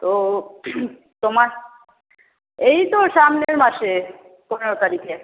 তো তোমার এই তো সামনের মাসে পনেরো তারিখে